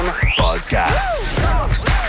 Podcast